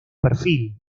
perfil